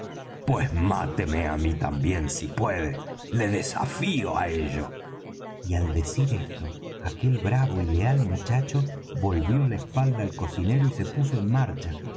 pues máteme también á mí si puede le desafío á ello y al decir esto aquel bravo y leal muchacho volvió la espalda al cocinero y se puso en marcha